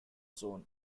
zone